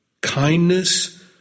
kindness